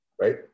Right